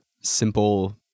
simple